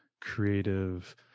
creative